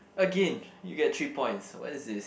again you get three points what is this